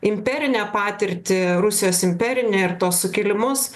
imperinę patirtį rusijos imperinę ir tuos sukilimus